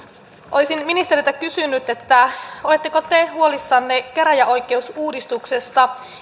olisin ministeriltä kysynyt oletteko te huolissanne käräjäoikeusuudistuksesta siitä